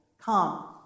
Come